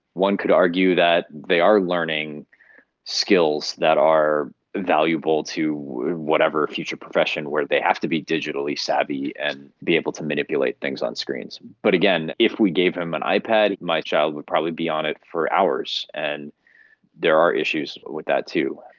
one could argue that they are learning skills that are valuable to whatever future profession where they have to be digitally savvy and be able to manipulate things on screens. but again, if we gave him an ipad, my child would probably be on it for hours, and there are issues but with that too.